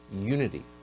Unity